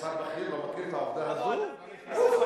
אם שר בכיר לא מכיר את העובדה הזאת, אוף.